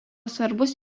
svarbus